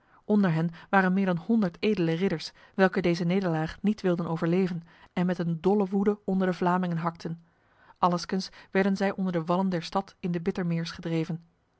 onder hen waren meer dan honderd edele ridders welke deze nederlaag niet wilden overleven en met een dolle woede onder de vlamingen hakten allengskens werden zij onder de wallen der stad in de bittermeers gedreven